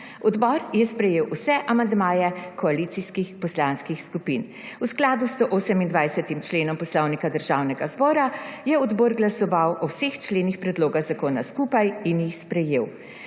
Odbor je sprejel vse amandmaje koalicijskih poslanskih skupin. V skladu s 128. členom Poslovnika Državnega zbora je odbor glasoval o vseh členih predloga zakona skupaj in jih sprejel.